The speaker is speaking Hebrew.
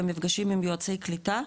הם נפגשים עם יועצי קליטה,